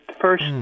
first